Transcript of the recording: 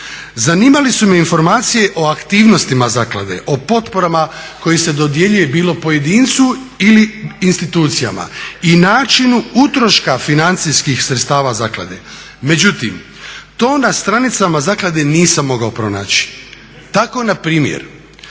Zanimale su me informacije o aktivnosti zaklade, o potporama koje se dodjeljuju bilo pojedincu ili institucijama i načinu utroška financijskih sredstava zaklade. Međutim, to na stranicama zaklade nisam mogao pronaći. Tako npr.